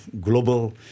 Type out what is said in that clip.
global